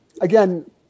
again